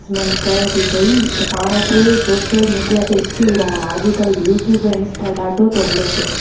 डिस्मैंट करे ति पई त पाण खे सोशल मीडिया ते एक्टिव रहणो आहे अॼकल्ह यूटयूब ऐं इंस्टा ॾाढो तो हले पियो